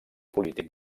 polític